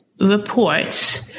reports